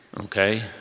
Okay